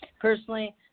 personally